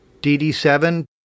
DD7